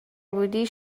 بودی